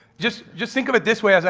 just just think of it this way.